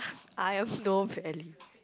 I have no value